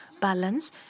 balance